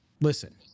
Listen